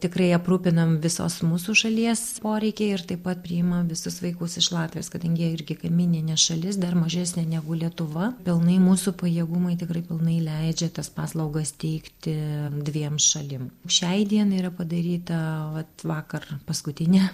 tikrai aprūpinam visos mūsų šalies poreikiai ir taip pat priimam visus vaikus iš latvijos kadangi jie irgi kaimyninė šalis dar mažesnė negu lietuva pilnai mūsų pajėgumai tikrai pilnai leidžia tas paslaugas teikti dviem šalim šiai dienai yra padaryta vat vakar paskutinė